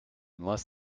unless